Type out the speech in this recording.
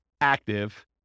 active